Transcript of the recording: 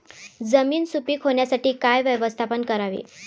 जमीन सुपीक होण्यासाठी काय व्यवस्थापन करावे?